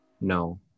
No